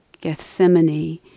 Gethsemane